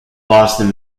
boston